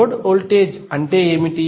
node voltage అంటే ఏమిటి